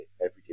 everyday